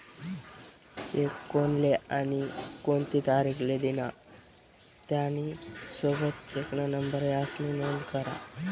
check कोनले आणि कोणती तारीख ले दिना, त्यानी सोबत चेकना नंबर यास्नी नोंद करा